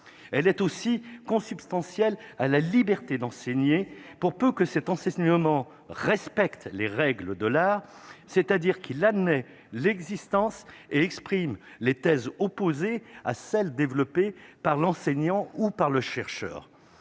elle est aussi consubstantiel à la liberté d'enseigner, pour peu que cet enseignement respecte les règles, dollars, c'est-à-dire qu'il admet l'existence et l'expriment les thèses opposées à celles développée par l'enseignant ou par le chercheur,